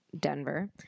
Denver